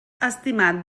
estimat